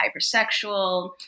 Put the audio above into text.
hypersexual